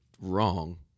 wrong